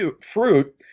fruit